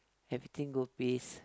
everything go pace